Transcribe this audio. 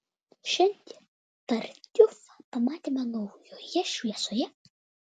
šiandien tartiufą pamatėme naujoje šviesoje